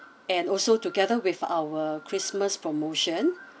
and also together with our christmas promotion